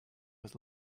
was